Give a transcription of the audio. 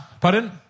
Pardon